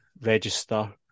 register